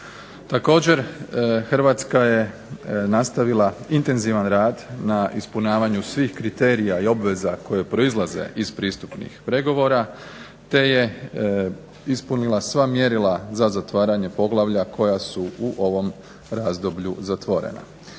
Također, Hrvatska je nastavila intenzivan rad na ispunjavanju svih kriterija i obveza koje proizlaze iz pristupnih pregovora te je ispunila sva mjerila za zatvaranje poglavlja koja su u ovom razdoblju zatvorena.